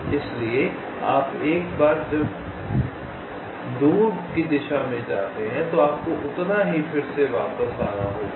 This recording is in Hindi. इसलिए एक बार जब आप दूर की दिशा में जाते हैं तो आपको उतना ही फिर से वापस आना होगा